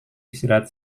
istirahat